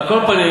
על כל פנים,